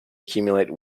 accumulate